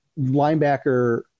linebacker